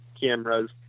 cameras